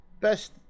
best